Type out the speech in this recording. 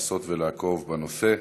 לעשות ולעקוב אחר הנושא.